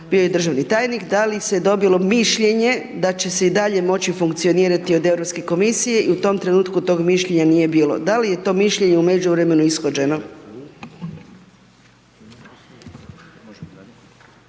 bio je i državni tajnik, da li se dobilo mišljenje da će se i dalje moći funkcionirati od Europske komisije i u tom trenutku toga mišljenja nije bilo. Da li je to mišljenje u međuvremenu ishođeno?